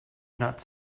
not